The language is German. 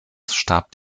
starb